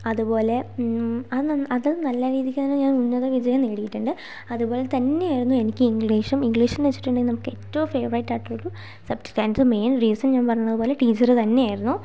അതുപോലെ അത് നല്ല രീതിക്കുതന്നെ ഞാൻ ഉന്നത വിജയം നേടിയിട്ടുണ്ട് അതുപോലെ തന്നെയായിരുന്നു എനിക്ക് ഇംഗ്ലീഷും ഇംഗ്ലീഷ് എന്നു വച്ചിട്ടുണ്ടെങ്കിൽ നമുക്ക് ഏറ്റവും ഫേവറേറ്റ് ആയിട്ടുള്ള ഒരു സബ്ജെക്ട് ആയിരുന്നു അതിൻ്റെ മെയിൻ റീസൺ ഞാൻ പറഞ്ഞതുപോലെ ടീച്ചർ തന്നെയായിരിന്നു